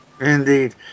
Indeed